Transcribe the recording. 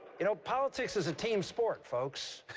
you know, politics is a team sport, folks.